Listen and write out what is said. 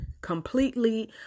completely